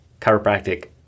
chiropractic